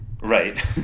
Right